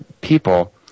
people